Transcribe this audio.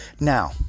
Now